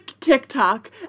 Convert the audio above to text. TikTok